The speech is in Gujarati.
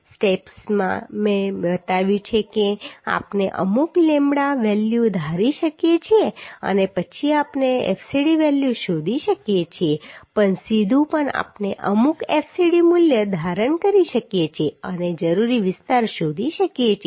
સ્ટેપ્સમાં મેં બતાવ્યું છે કે આપણે અમુક લેમ્બડા વેલ્યુ ધારી શકીએ છીએ અને પછી આપણે fcd વેલ્યુ શોધી શકીએ છીએ પણ સીધું પણ આપણે અમુક fcd મૂલ્ય ધારણ કરી શકીએ છીએ અને જરૂરી વિસ્તાર શોધી શકીએ છીએ